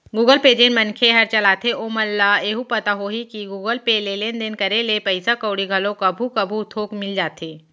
Google Pay जेन मनखे हर चलाथे ओमन ल एहू पता होही कि गुगल पे ले लेन देन करे ले पइसा कउड़ी घलो कभू कभू थोक मिल जाथे